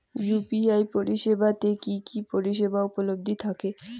UPI পরিষেবা তে কি কি পরিষেবা উপলব্ধি থাকে?